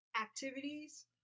activities